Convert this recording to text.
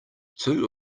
two